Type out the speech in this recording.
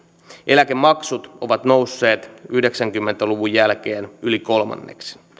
eläkemaksut ovat nousseet yhdeksänkymmentä luvun jälkeen yli kolmanneksen